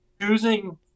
Choosing